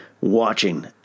watching